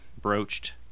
Broached